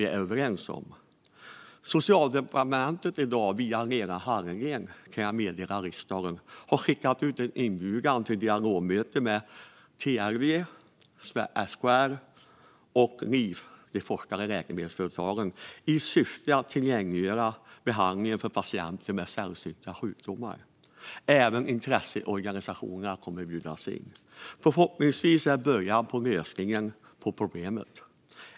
Jag kan meddela riksdagen att Socialdepartementet i dag, via Lena Hallengren, har skickat en inbjudan till dialogmöte med TLV, SKR och Lif - de forskande läkemedelsföretagen i syfte att tillgängliggöra behandlingen för patienter med sällsynta sjukdomar. Även intresseorganisationerna kommer att bjudas in. Förhoppningsvis är detta en början på lösningen på problemet.